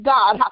God